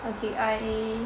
okay I